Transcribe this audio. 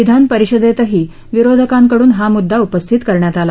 विधानपरिषदेतही विरोधकांकडून हा मुद्दा उपस्थित करण्यात आला